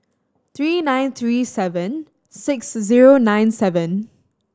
three nine three seven six zero nine seven